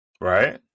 Right